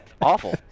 awful